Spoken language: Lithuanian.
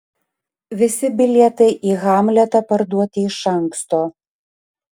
visi bilietai į hamletą parduoti iš anksto